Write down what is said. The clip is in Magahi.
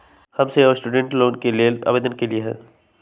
हम सेहो स्टूडेंट लोन के लेल आवेदन कलियइ ह